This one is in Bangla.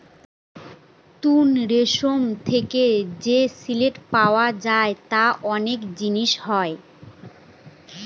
তুত রেশম থেকে যে সিল্ক পাওয়া যায় তার অনেক জিনিস হয়